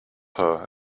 her